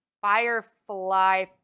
Firefly